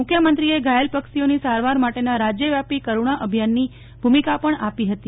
મુખ્યમંત્રીશ્રીએ ઘાયલ પક્ષીઓની સારવાર માટેના રાજ્ય વ્યાપીકરુણા અભિયાનની ભૂમિકા પણ આપી હતી